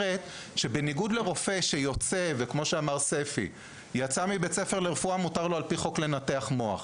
בניגוד לרופא שיוצא מבית ספר לרפואה ויכול על פי חוק לנתח מוח,